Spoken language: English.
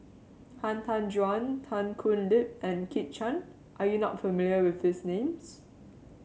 Han Tan Juan Tan Thoon Lip and Kit Chan are you not familiar with these names